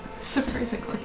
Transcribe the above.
Surprisingly